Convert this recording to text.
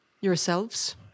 yourselves